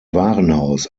warenhaus